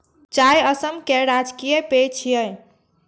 चाय असम केर राजकीय पेय छियै